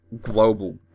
global